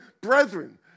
Brethren